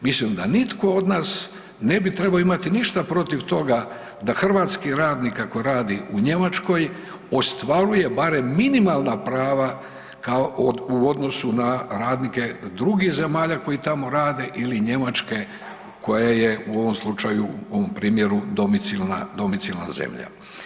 Mislim da nitko od nas ne bi trebao imati ništa protiv toga da hrvatski radnik ako radi u Njemačkoj ostvaruje barem minimalna prava kao u odnosu na radnike drugih zemalja koji tamo rade ili Njemačke koja je u ovom slučaju, u ovom primjeru domicilna, domicilna zemlja.